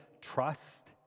trust